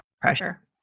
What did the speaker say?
pressure